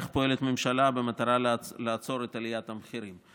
איך פועלת הממשלה במטרה לעצור את עליית המחירים,